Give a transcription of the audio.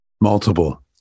Multiple